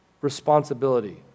responsibility